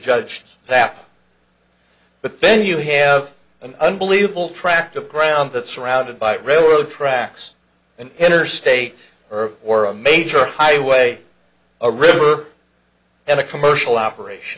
judge that but then you have an unbelievable tract of ground that surrounded by railroad tracks an interstate or a major highway a river and a commercial operation